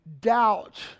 doubt